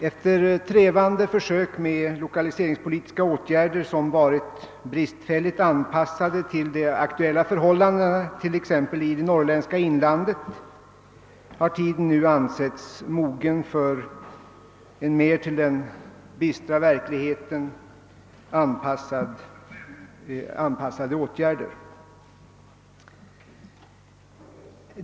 Efter ett trevande försök med lokaliseringspolitiska åtgärder som varit bristfälligt anpassade till de aktuella förhållandena t.ex. i det norrländska inlandet har tiden nu ansetts mogen för mer till den bistra verkligheten anpassade åtgärder.